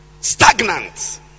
stagnant